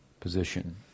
Position